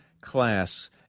class